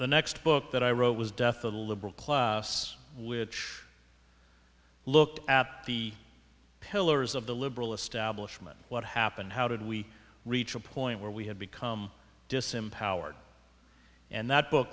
the next book that i wrote was death of a liberal class which looked at the pillars of the liberal establishment what happened how did we reach a point where we had become disempowered and that book